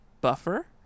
buffer